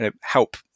help